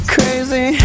Crazy